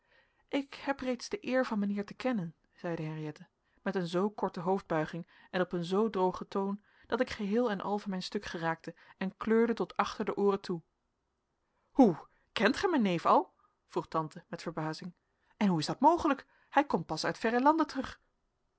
ik heb reeds de eer van mijnheer te kennen zeide henriëtte met een zoo korte hoofdbuiging en op een zoo drogen toon dat ik geheel en al van mijn stuk geraakte en kleurde tot achter de ooren toe hoe kent gij mijn neef al vroeg tante met verbazing en hoe is dat mogelijk hij komt pas uit verre landen terug